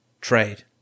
trade